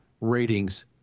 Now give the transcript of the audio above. ratings